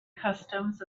customs